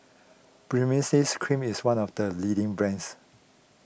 Baritex Cream is one of the leading brands